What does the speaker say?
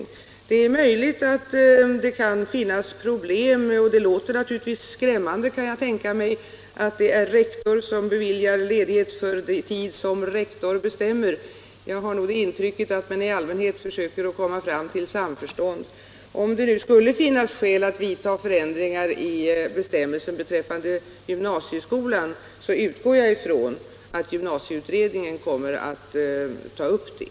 Det är möjligt att det kan finnas problem, och det låter skrämmande, kan jag tänka mig, att det är rektor som beviljar ledighet för tid som rektor bestämmer. Jag har nog det intrycket att man i allmänhet försöker komma fram till samförstånd. Om det nu skulle finnas skäl att vidta förändringar i bestämmelsen beträffande gymnasieskolan så utgår jag från att gymnasieutredningen kommer att ta upp det.